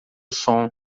som